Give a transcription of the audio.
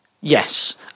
Yes